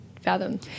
fathom